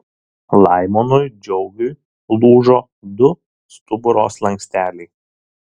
laimonui džiaugiui lūžo du stuburo slanksteliai